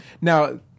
Now